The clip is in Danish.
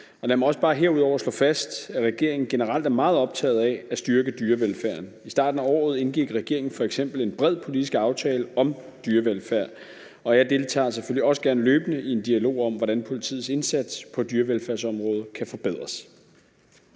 Lad mig også bare herudover slå fast, at regeringen generelt er meget optaget af at styrke dyrevelfærden. I starten af året indgik regeringen f.eks. en bred politisk aftale om dyrevelfærd. Jeg deltager selvfølgelig også gerne løbende i en dialog om, hvordan politiets indsats på dyrevelfærdsområdet kan forbedres.